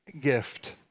gift